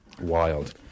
wild